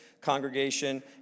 congregation